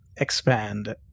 expand